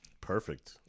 Perfect